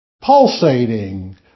pulsating